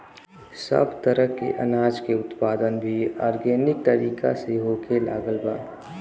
सब तरह के अनाज के उत्पादन भी आर्गेनिक तरीका से होखे लागल बा